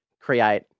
create